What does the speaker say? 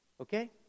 okay